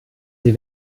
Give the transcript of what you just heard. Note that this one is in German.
sie